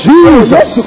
Jesus